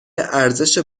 ارزش